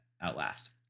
outlast